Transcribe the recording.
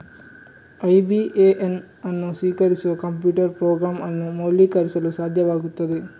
IBAN ಅನ್ನು ಸ್ವೀಕರಿಸುವ computer program ಅನ್ನು ಮೌಲ್ಯೀಕರಿಸಲು ಸಾಧ್ಯವಾಗುತ್ತದೆ